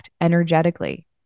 energetically